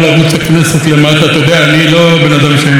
אני לא בן אדם שמתלהב מתמונות עם סלבים,